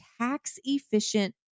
tax-efficient